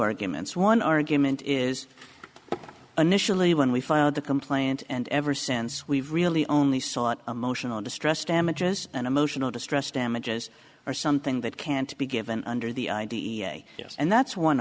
arguments one argument is initially when we filed the complaint and ever since we've really only sought emotional distress damages and emotional distress damages are something that can't be given under the idea and that's one